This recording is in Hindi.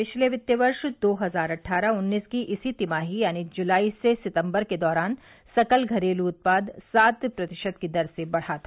पिछले वित्त वर्ष दो हजार अट्ठारह उन्नीस की इसी तिमाही यानी जुलाई से सितंबर के दौरान सकल घरेलू उत्पाद सात प्रतिशत की दर से बढ़ा था